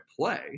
play